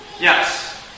Yes